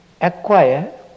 acquire